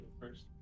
first